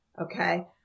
Okay